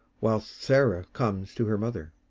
whilst sarah comes to her mother.